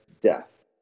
death